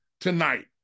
tonight